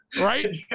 right